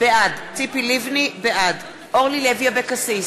בעד אורלי לוי אבקסיס,